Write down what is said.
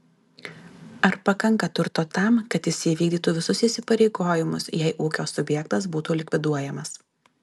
ar pakanka turto tam kad jis įvykdytų visus įsipareigojimus jei ūkio subjektas būtų likviduojamas